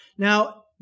Now